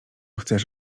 chcesz